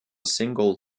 single